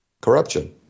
corruption